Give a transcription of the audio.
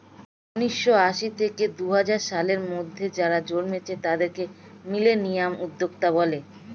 উন্নিশো আশি থেকে দুহাজার সালের মধ্যে যারা জন্মেছে তাদেরকে মিলেনিয়াল উদ্যোক্তা বলে